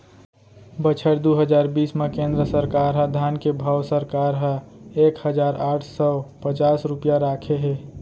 बछर दू हजार बीस म केंद्र सरकार ह धान के भाव सरकार ह एक हजार आठ सव पचास रूपिया राखे हे